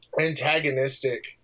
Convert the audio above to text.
antagonistic